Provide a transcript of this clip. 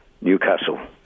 Newcastle